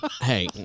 Hey